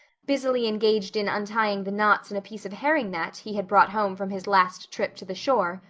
busily engaged in untying the knots in a piece of herring net he had brought home from his last trip to the shore,